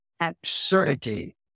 absurdity